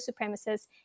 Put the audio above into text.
supremacists